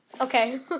okay